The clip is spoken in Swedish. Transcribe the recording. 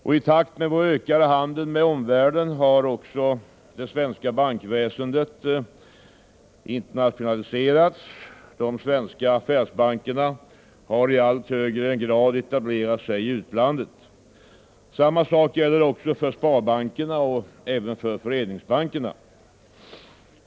I takt med vår ökade handel med omvärlden har också det svenska bankväsendet internationaliserats. De svenska affärsbankerna har i allt högre grad etablerat sig i utlandet. Samma sak gäller för sparbankerna och föreningsbankerna.